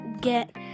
get